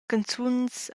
canzuns